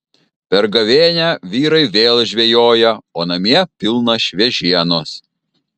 per gavėnią vyrai vėl žvejoja o namie pilna šviežienos